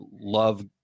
love